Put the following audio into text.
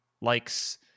likes